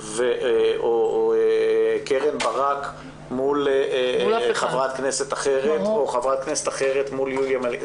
או קרן ברק מול חברת כנסת אחרת או חברת כנסת אחרת מול יוליה מלינובסקי.